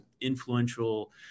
influential